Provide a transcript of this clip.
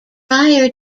prior